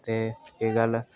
ते एह् गल्ल